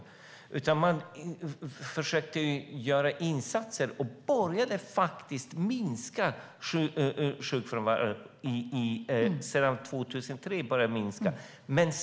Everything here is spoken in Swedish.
I stället försökte man att göra insatser som ledde till att sjukfrånvaron faktiskt minskade från 2003.